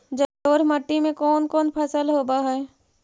जलोढ़ मट्टी में कोन कोन फसल होब है?